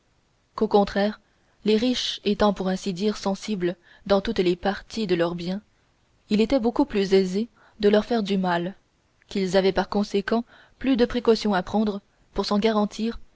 qu'au contraire les riches étant pour ainsi dire sensibles dans toutes les parties de leurs biens il était beaucoup plus aisé de leur faire du mal qu'ils avaient par conséquent plus de précautions à prendre pour s'en garantir